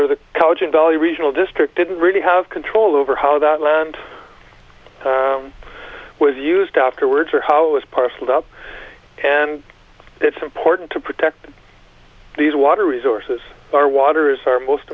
or the college in delhi regional district didn't really have control over how that land was used afterwards or how was parcelled up and it's important to protect these water resources our water is our most